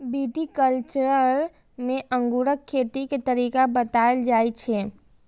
viticulture मे अंगूरक खेती के तरीका बताएल जाइ छै